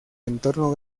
entorno